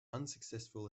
unsuccessful